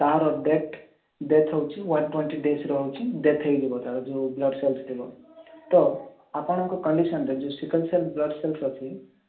ତାହାର death death ହେଉଛି one twenty days ହେଉଛି ଡେଥ୍ ହେଇଯିବ ତା'ର ଯୋଉ ବ୍ଲଡ଼୍ ସେଲ୍ସ୍ ଥିବ ତ ଆପଣଙ୍କ କଣ୍ଡିସନ୍ରେ ଯୋଉ ସିକଲ୍ସେଲ୍ ବ୍ଲଡ଼୍ ସେଲ୍ସ୍ ଅଛି